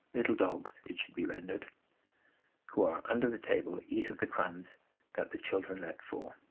little dogs it should be rendered who are under the table eat of the crumbs that the children let fall.